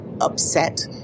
upset